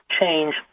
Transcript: change